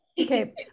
okay